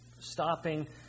stopping